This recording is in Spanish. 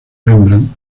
rembrandt